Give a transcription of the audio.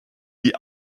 die